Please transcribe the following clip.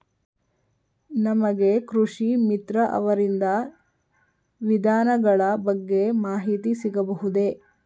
ನಮಗೆ ಕೃಷಿ ಮಿತ್ರ ಅವರಿಂದ ವಿಧಾನಗಳ ಬಗ್ಗೆ ಮಾಹಿತಿ ಸಿಗಬಹುದೇ?